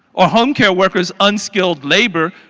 or home care workers unscaled labor?